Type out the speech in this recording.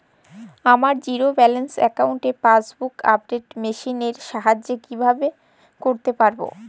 আমার zero balance অ্যাকাউন্টে passbook update machine এর সাহায্যে কীভাবে করতে পারব?